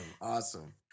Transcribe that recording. awesome